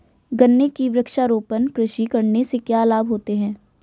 गन्ने की वृक्षारोपण कृषि करने से क्या लाभ होते हैं?